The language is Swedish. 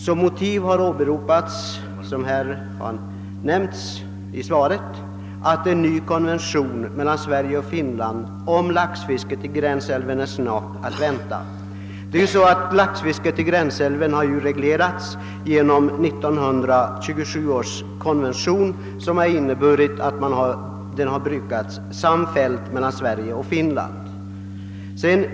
Som motiv har åberopats att — vilket justitieministern nämnde i svaret — en ny konvention mellan Sverige och Finland rörande laxfisket i gränsälven snart är att vänta. Laxfisket där har reglerats genom 1927 års konvention, som inneburit att fisket brukats samfällt mellan Sverige och Finland.